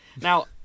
Now